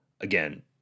Again